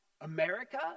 America